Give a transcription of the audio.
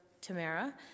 Tamara